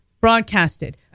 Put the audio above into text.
broadcasted